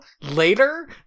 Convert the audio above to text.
later